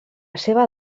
seva